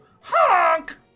HONK